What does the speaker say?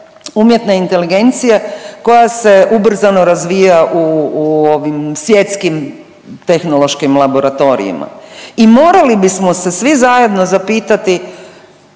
umjetne inteligencije koja se ubrzano razvija u svjetskim tehnološkim laboratorijima. I morali bismo se svi zajedno zapitati